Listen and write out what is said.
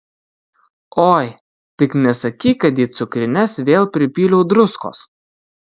oi tik nesakyk kad į cukrines vėl pripyliau druskos